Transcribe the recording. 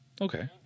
Okay